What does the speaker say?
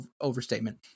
overstatement